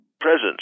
Presence